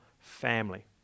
family